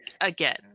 Again